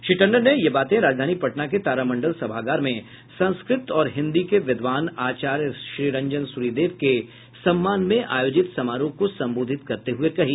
श्री टंडन ने यह बातें राजधानी पटना के तारामंडल सभागार में संस्कृत और हिन्दी के विद्वान आचार्य श्रीरंजन सूरिदेव के सम्मान में आयोजित समारोह को संबोधित करते हुए कहीं